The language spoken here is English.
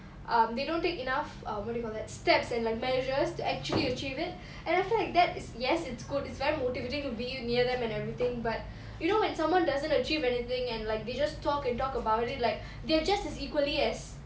um they don't take enough err what do you call that steps and like measures to actually achieve it and the fact that it's yes it's good it's very motivating to be near them and everything but you know when someone doesn't achieve anything and like they just talk and talk about ir like they are just as equally as